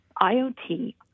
IOT